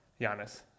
Giannis